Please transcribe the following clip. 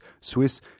Swiss